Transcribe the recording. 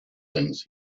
things